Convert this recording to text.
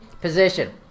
position